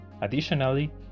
additionally